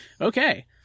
Okay